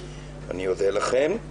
אני אודה לכם.